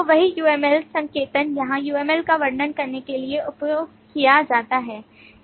तो वही uml संकेतन यहाँ uml का वर्णन करने के लिए उपयोग किया जाता है